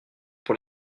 pour